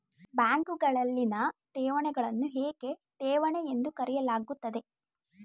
ಬ್ಯಾಂಕುಗಳಲ್ಲಿನ ಠೇವಣಿಗಳನ್ನು ಏಕೆ ಠೇವಣಿ ಎಂದು ಕರೆಯಲಾಗುತ್ತದೆ?